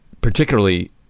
Particularly